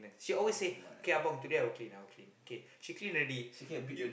she always say okay abang today I'll clean I'll clean okay she clean already you